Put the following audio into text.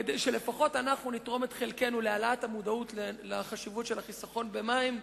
כדי שלפחות נתרום את חלקנו להעלאת המודעות לחשיבות של החיסכון במים,